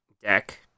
deck